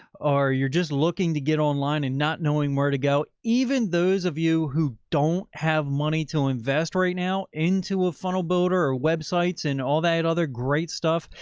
or you're just looking to get online and not knowing where to go. even those of you who don't have money to invest right now into a funnel builder or websites and all that other great stuff.